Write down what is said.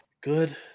Good